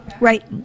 Right